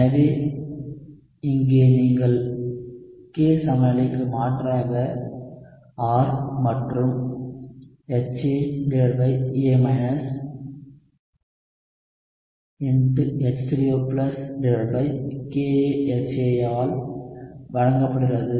எனவே இங்கே நீங்கள் K சமநிலைக்கு மாற்றாக R மற்றும் HAA H3OKaHA ஆல் வழங்கப்படுகிறது